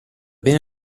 bene